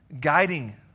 Guiding